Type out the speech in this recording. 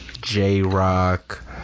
J-Rock